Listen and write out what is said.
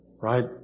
Right